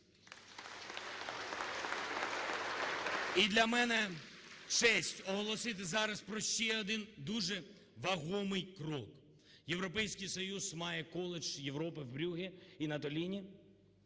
І для мене честь оголосити зараз про ще один дуже вагомий крок. Європейський Союз має коледж Європи в Брюгге і Натоліні.